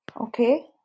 Okay